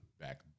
back